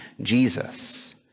Jesus